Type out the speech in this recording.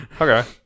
Okay